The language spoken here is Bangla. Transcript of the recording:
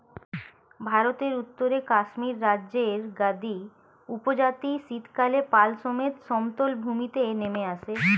ভারতের উত্তরে কাশ্মীর রাজ্যের গাদ্দী উপজাতি শীতকালে পাল সমেত সমতল ভূমিতে নেমে আসে